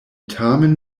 tamen